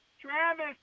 Travis